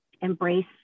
embrace